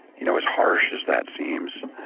you know, as harsh as that seems,